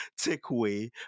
takeaway